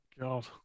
God